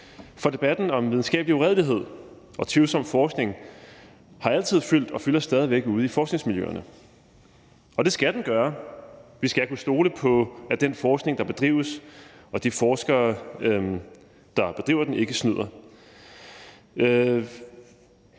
For debatten om videnskabelig uredelighed og tvivlsom forskning har altid fyldt og fylder stadig væk ude i forskningsmiljøerne, og det skal den gøre. Vi skal kunne stole på den forskning, der bedrives, og at de forskere, der bedriver den, ikke snyder,